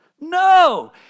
No